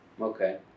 Okay